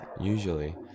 Usually